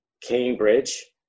Cambridge